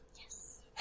Yes